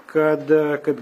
kad kad